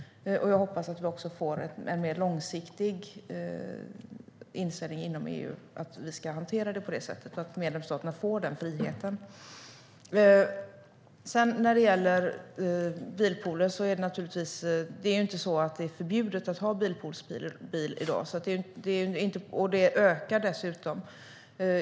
Jag hoppas också att vi får en mer långsiktig inställning inom EU för att det ska hanteras på det sättet, så att medlemsstaterna får den friheten. När det gäller bilpooler är det inte förbjudet att ha bilpoolsbil i dag. Bilpooler ökar dessutom.